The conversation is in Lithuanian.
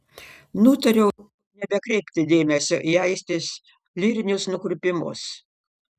nutariau nebekreipti dėmesio į aistės lyrinius nukrypimus